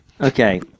Okay